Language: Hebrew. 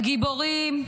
הגיבורים,